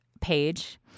page